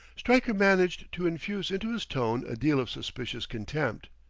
stryker managed to infuse into his tone a deal of suspicious contempt.